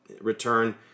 return